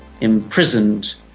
imprisoned